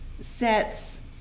sets